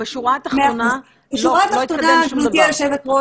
בשורה התחתונה לא התקדם שום דבר.